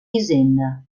hisenda